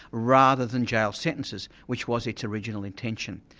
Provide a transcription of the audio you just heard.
rather than jail sentences, which was its original intention.